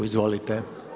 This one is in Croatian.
Izvolite.